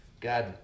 God